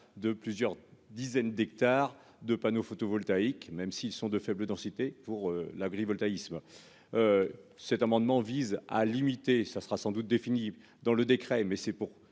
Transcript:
de plusieurs dizaines d'hectares de panneaux photovoltaïques, même s'ils sont de faible densité pour l'agrivoltaïsme, cet amendement vise à limiter ça sera sans doute définie dans le décret, mais c'est pour